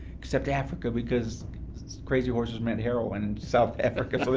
except africa because crazy horses meant heroin in south africa, so they